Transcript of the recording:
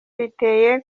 riteye